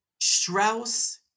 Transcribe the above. Strauss